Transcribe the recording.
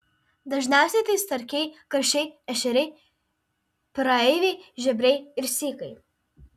dažniausiai tai starkiai karšiai ešeriai praeiviai žiobriai ir sykai